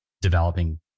developing